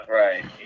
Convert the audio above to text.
right